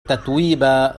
تتويبا